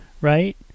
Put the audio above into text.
right